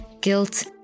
guilt